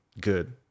good